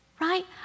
Right